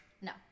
No